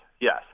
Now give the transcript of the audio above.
Yes